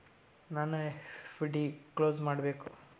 ನನ್ನ FD close ಮಾಡಬೇಕು